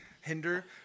Hinder